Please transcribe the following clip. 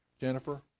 Jennifer